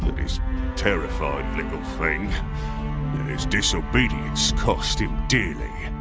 terrified little thing. and his disobedience cost him dearly.